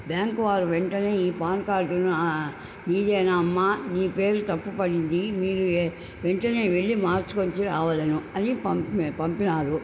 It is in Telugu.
బ్యాంక్వారు వెంటనే ఈ పాన్కార్డు మీదేనా అమ్మ నీ పేరు తప్పు పడింది మీరు వెంటనే వెళ్ళి మార్చుకుని వచ్చి రావలెను అని పంపారు